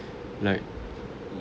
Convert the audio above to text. like